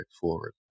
forward